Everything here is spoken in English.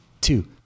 two